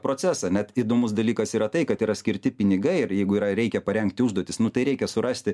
procesą net įdomus dalykas yra tai kad yra skirti pinigai ir jeigu yra reikia parengti užduotis nu tai reikia surasti